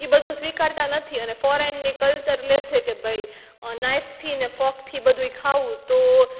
ઈ બધું સ્વીકારતા નથી અને ફોરેનની કલ્ચર લેછે કે ભઇ નાઇફથીને ફોર્કથી બધું ખાવું તો